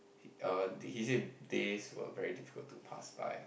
err he say days were very difficult to pass by